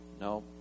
No